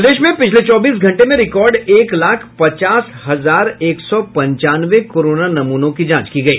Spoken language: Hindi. प्रदेश में पिछले चौबीस घंटे में रिकॉर्ड एक लाख पचास हजार एक सौ पंचनावे कोरोना नमूनों की जांच की गई